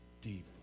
deep